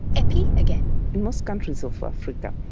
epi again. in most countries of africa,